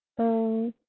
uh